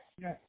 yes